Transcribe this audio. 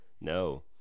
No